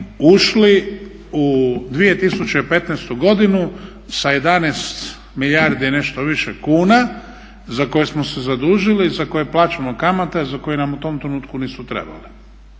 ušli u 2015. godinu sa 11 milijardi i nešto više kuna za koje smo se zadužili i za koje plaćamo kamate, a koje nam u tom trenutku nisu trebale.